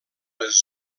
les